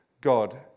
God